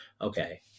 okay